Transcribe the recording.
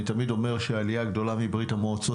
אני תמיד אומר שהעלייה הגדולה מברית המועצות